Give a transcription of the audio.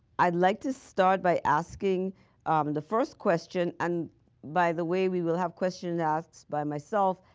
i'd like to start by asking um and the first question, and by the way, we will have questions asked by myself,